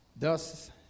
Thus